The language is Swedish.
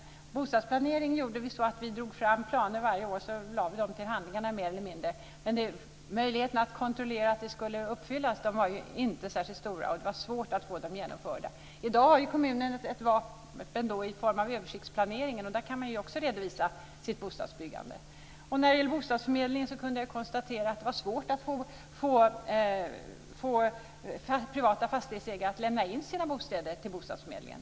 Bostadsplanering gjorde vi på det sättet att vi drog fram planer varje år och så lade vi dem mer eller mindre till handlingarna. Möjligheten att kontrollera att de skulle uppfyllas var inte särskilt stor. Det var svårt att få dem genomförda. I dag har kommunen ett vapen i form av översiktsplaneringen. Där kan man också redovisa sitt bostadsbyggande. När det gäller bostadsförmedlingen kunde jag konstatera att det var svårt att få privata fastighetsägare att lämna in sina bostäder till bostadsförmedlingen.